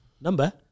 number